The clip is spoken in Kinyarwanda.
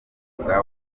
mwuga